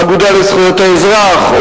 האגודה לזכויות האזרח,